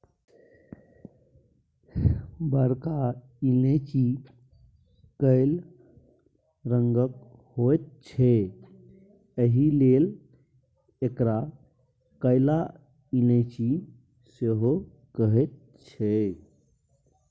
बरका इलायची कैल रंगक होइत छै एहिलेल एकरा कैला इलायची सेहो कहैत छैक